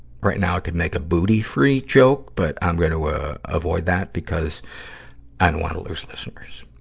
right now, i could made a booty-free joke, but i'm going to, ah, avoid that, because i don't wanna lose listeners.